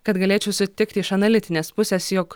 kad galėčiau sutikti iš analitinės pusės jog